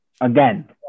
again